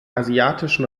asiatischen